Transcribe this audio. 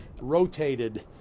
rotated